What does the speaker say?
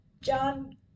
John